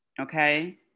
okay